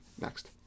Next